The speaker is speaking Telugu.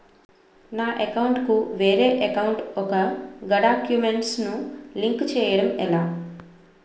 నా అకౌంట్ కు వేరే అకౌంట్ ఒక గడాక్యుమెంట్స్ ను లింక్ చేయడం ఎలా?